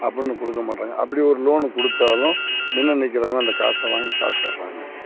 அப்புடின்னு கொடுக்க மாட்டுறாங்க அப்படி ஒரு லோனு கொடுத்தாலும் முன்ன நிற்கிறவங்க அந்த காசை வாங்கி சாப்பிட்டுர்றாங்க